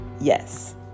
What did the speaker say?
yes